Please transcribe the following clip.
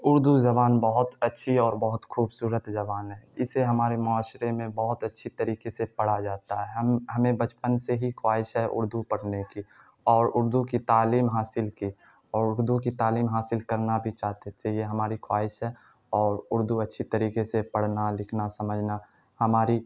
اردو زبان بہت اچھی اور بہت خوبصورت زبان ہے اسے ہمارے معاشرے میں بہت اچھے طریقے سے پڑھا جاتا ہے ہم ہمیں بچپن سے ہی خواہش ہے اردو پڑھنے کی اور اردو کی تعلیم حاصل کی اور اردو کی تعلیم حاصل کرنا بھی چاہتے تھے یہ ہماری خواہش ہے اور اردو اچھی طریقے سے پڑھنا لکھنا سمجھنا ہماری